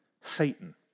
Satan